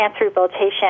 rehabilitation